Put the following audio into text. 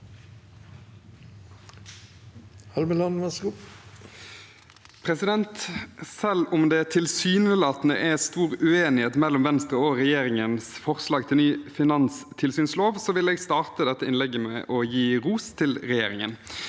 Selv om det tilsy- nelatende er stor uenighet mellom Venstre og regjeringen om forslag til ny finanstilsynslov, vil jeg starte dette innlegget med å gi ros til regjeringen,